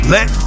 Let